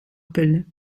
pille